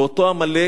את אותו עמלק